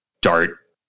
dart